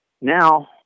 now